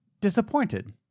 disappointed